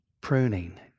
pruning